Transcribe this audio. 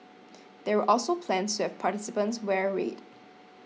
there were also plans to have participants wear red